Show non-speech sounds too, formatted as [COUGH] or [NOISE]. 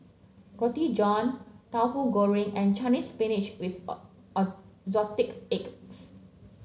Roti John Tahu Goreng and Chinese Spinach with [UNINTELLIGIBLE] Assorted Eggs